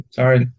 Sorry